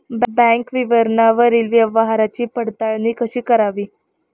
Bank विवरणावरील व्यवहाराची पडताळणी कशी करावी?